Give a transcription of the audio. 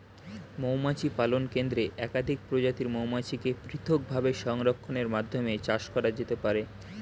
মৌমাছি পালন কেন্দ্রে একাধিক প্রজাতির মৌমাছিকে পৃথকভাবে সংরক্ষণের মাধ্যমে চাষ করা যেতে পারে